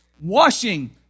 washing